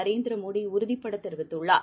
நரேந்திரமோடிஉறுதிபடதெரிவித்துள்ளார்